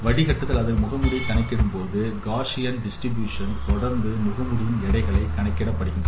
வடிகட்டுதல் அல்லது முகமூடி கணக்கிடப்படும் போது காஸியன் விநியோகம் தொடர்ந்து முகமூடியின் எடைகள் கணக்கிடப்படுகின்றன